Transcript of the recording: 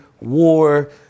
war